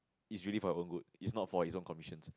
it's really for you own good it's not for his own commissions